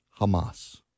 Hamas